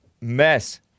mess